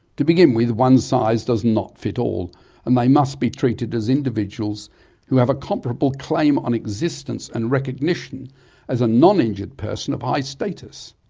to begin with one size does not fit all and they must be treated as individuals who have a comparable claim on existence and recognition as a non-injured person of high status.